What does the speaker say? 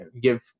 give